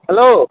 hello